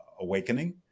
awakening